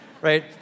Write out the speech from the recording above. right